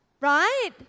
right